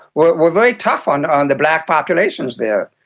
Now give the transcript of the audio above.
were were very tough on on the black populations there.